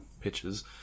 pictures